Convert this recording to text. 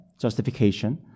justification